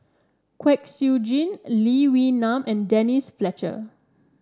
Kwek Siew Jin Lee Wee Nam and Denise Fletcher